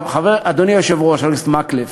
אדוני היושב-ראש, חבר הכנסת מקלב,